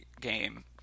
game